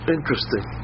Interesting